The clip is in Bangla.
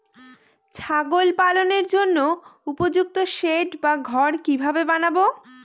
ছাগল পালনের জন্য উপযুক্ত সেড বা ঘর কিভাবে বানাবো?